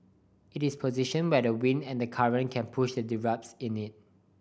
it is positioned where the wind and the current can push the debris in it